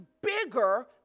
bigger